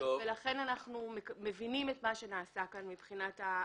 לכן אנחנו מבינים את מה שנעשה כאן מבחינת הטקטיקה,